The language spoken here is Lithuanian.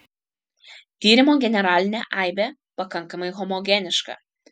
tyrimo generalinė aibė pakankamai homogeniška